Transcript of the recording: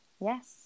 yes